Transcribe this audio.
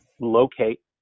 locate